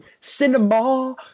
cinema